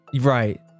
right